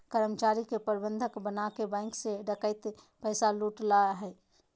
कर्मचारी के बंधक बनाके बैंक से डकैत पैसा लूट ला हइ